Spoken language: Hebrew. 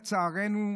לצערנו,